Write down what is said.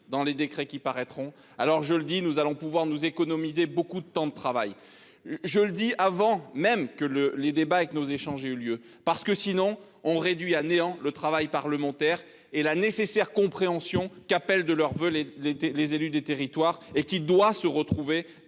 dans les décrets qui paraîtront alors je le dis, nous allons pouvoir nous économiser beaucoup de temps de travail. Je le dis avant même que le les débats avec nos échanges aient eu lieu parce que sinon on réduit à néant le travail parlementaire et la nécessaire compréhension qu'appellent de leurs voeux les les les élus des territoires et qui doit se retrouver